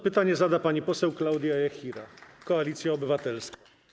Pytanie zada pani poseł Klaudia Jachira, Koalicja Obywatelska.